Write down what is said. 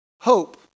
Hope